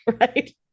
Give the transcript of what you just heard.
Right